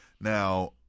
Now